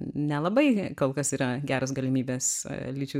nelabai kol kas yra geros galimybės lyčių